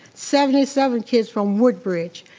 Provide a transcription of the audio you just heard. seventy seven kids from woodbridge,